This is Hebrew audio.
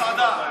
המסעדה.